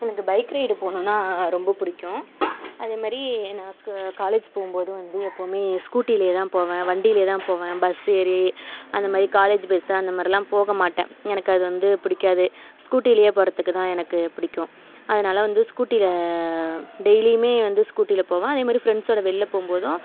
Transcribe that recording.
எனக்கு bike ride போகணுன்னா ரொம்ப பிடிக்கும் அதேமாதிரி நான் காலேஜ் போகும்போது வந்து எப்போதுமே ஸ்கூட்டிலேயே தான் போவேன் வண்டிலேயே தான் போவேன் பஸ் ஏறி அந்தமாதிரி காலேஜ் பஸ்ஸு அந்தமாதிரிலாம் போகமாட்டேன் எனக்கு அது வந்து பிடிக்காது ஸ்கூட்டிலேயே போகிறத்துக்குதான் எனக்கு பிடிக்கும் அதனால வந்து ஸ்கூட்டியில் டெய்லியுமே வந்து ஸ்கூட்டியில் போவேன் அதேமாதிரி ஃப்ரெண்ட்ஸோடு வெளில போகும்போதும்